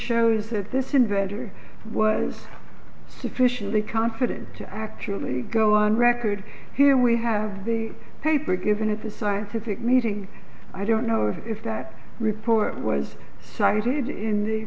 shows at this inventor was sufficiently confident to actually go on record here we have the paper given it a scientific meeting i don't know if that report was cited in the